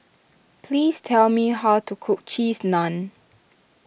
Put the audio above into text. please tell me how to cook Cheese Naan